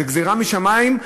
זו גזירה משמים,